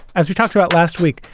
as we talked about last week,